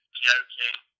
joking